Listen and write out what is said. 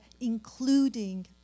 including